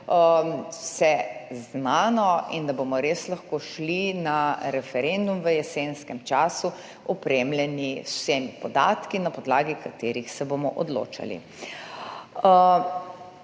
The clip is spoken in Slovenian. vse znano in da bomo res lahko šli na referendum v jesenskem času opremljeni z vsemi podatki, na podlagi katerih se bomo odločali.